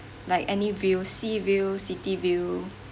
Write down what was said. like any view sea view city view